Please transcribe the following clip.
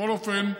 בכל אופן,